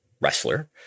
wrestler